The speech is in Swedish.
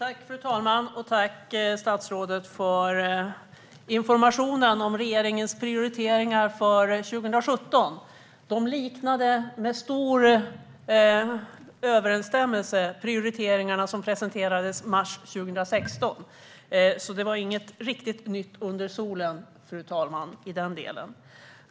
Fru talman! Tack, statsrådet, för informationen om regeringens prioriteringar för 2017! De liknade med stor överensstämmelse prioriteringarna som presenterades i mars 2016, så det var inget riktigt nytt under solen i den delen.